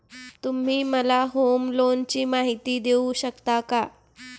तुम्ही मला होम लोनची माहिती देऊ शकता का?